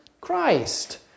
Christ